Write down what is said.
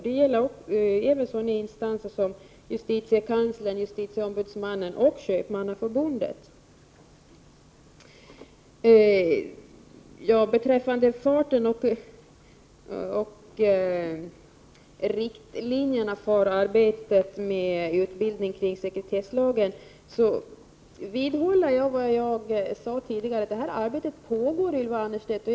Det gäller även justitiekanslern, justitieombudsmannen och Köpmannaförbundet. Beträffande farten på och riktlinjerna för arbetet med utbildningen vad avser sekretesslagen upprepar jag vad jag tidigare har sagt, nämligen att detta arbete är i gång.